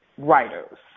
writers